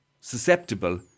susceptible